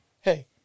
hey